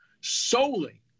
solely